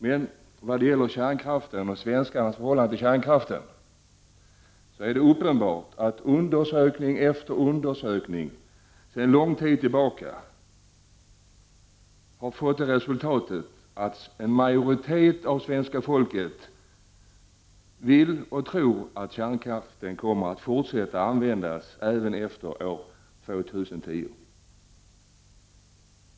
Men vad gäller kärnkraften och svenskarnas förhållanden till kärnkraften är det uppenbart att undersökning efter undersökning sedan lång tid tillbaka har gett det resultatet att en majoritet av svenska folket vill och tror att kärnkraften kommer att fortsätta att användas även efter år 2010.